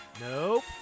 Nope